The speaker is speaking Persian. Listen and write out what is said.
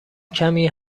کمی